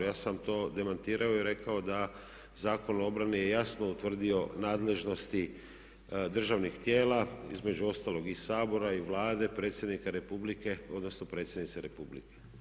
Ja sam to demantirao i rekao da Zakon o obrani je jasno utvrdio nadležnosti državnih tijela, između ostalih i Sabora i Vlade, predsjednika Republike, odnosno predsjednice Republike.